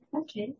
Okay